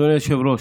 אדוני היושב-ראש,